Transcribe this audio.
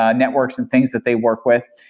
ah networks and things that they work with.